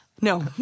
No